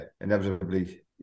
inevitably